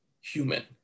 human